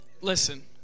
listen